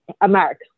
America